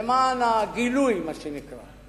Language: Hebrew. למען הגילוי, מה שנקרא: